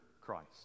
Christ